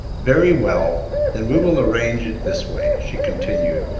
very well then we will arrange it this way, she continued,